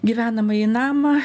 gyvenamąjį namą